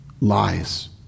lies